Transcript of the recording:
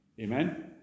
amen